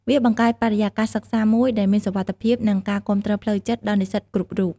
វាបង្កើតបរិយាកាសសិក្សាមួយដែលមានសុវត្ថិភាពនិងការគាំទ្រផ្លូវចិត្តដល់និស្សិតគ្រប់រូប។